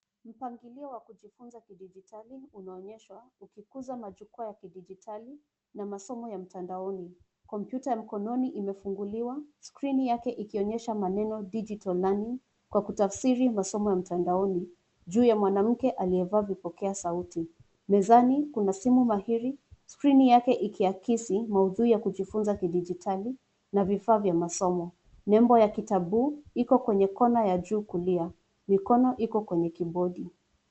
Mpangilio wa kujifunza kidijitali unaonyesha uki kuza majukwa la kidijitali na masomo ya mtandaoni. Kompyuta mkononi ime funguliwa skirini yake ikionyesha maneno digital learning kwa kutafsiri masomo ya mtandaoni. Juu ya mwanamke alie vaa vipokea sauti, mezani kuna simu mahiri skrini yake iki akisi maudhui ya kujifunza kidijitali na vifaa vya kimasomo, nembo ya kitabu iko kwenye kona ya juu kulia. Mikono iko kwenye kibodi.